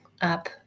up